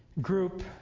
group